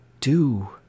do